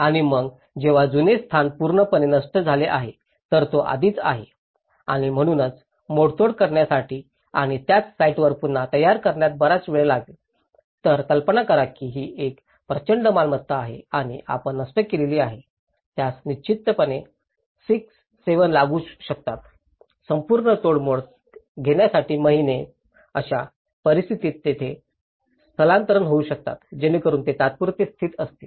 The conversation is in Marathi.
आणि मग जेव्हा जुने स्थान पूर्णपणे नष्ट झाले आहे जर तो आधीच आहे आणि म्हणूनच मोडतोड काढण्यासाठी आणि त्याच साइटवर पुन्हा तयार करण्यात बराच वेळ लागेल तर कल्पना करा की ही एक प्रचंड मालमत्ता आहे आणि आपण नष्ट केली आहे त्यास निश्चितपणे 6 7 लागू शकतात संपूर्ण मोडतोड घेण्यासाठी महिने अशा परिस्थितीत ते तिथेच स्थानांतरित होऊ शकतात जेणेकरून ते तात्पुरते स्थित असतील